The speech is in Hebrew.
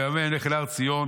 ויבוא המלך להר ציון